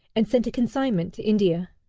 and sent a consignment to india.